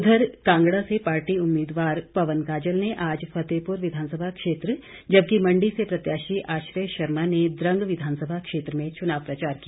उधर कांगड़ा से पार्टी उम्मीदवार पवन काजल ने आज फतेहपुर विधानसभा क्षेत्र जबकि मंडी से प्रत्याशी आश्रय शर्मा ने द्रंग विधानसभा क्षेत्र में चुनाव प्रचार किया